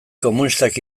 komunistak